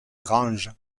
granges